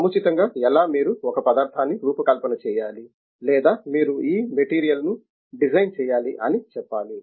సముచితంగా ఎలా మీరు ఒక పదార్థాన్ని రూపకల్పన చేయాలి లేదా మీరు ఈ మెటీరియల్ను డిజైన్ చేయాలి అని చేప్పాలి